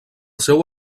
seu